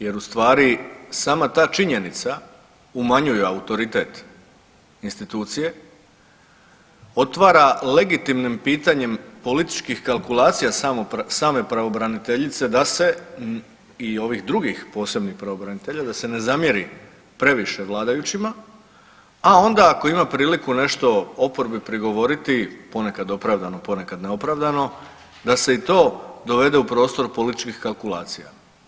Jer u stvari sama ta činjenica umanjuje autoritet institucije, otvara legitimnim pitanjem političkih kalkulacija same pravobraniteljice da se i ovih drugih posebnih pravobranitelja da se ne zamjeri previše vladajućima, a onda ako ima priliku nešto oporbi prigovoriti, ponekad opravdano, ponekad neopravdano da se i to dovede u prostor političkih kalkulacija.